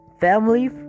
family